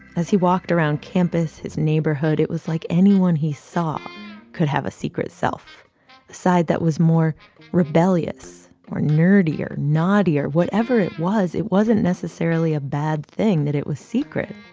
as he walked around campus, his neighborhood, it was like anyone he saw could have a secret self, a side that was more rebellious or nerdy or naughty or whatever it was. it wasn't necessarily a bad thing that it was secret.